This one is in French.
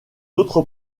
autre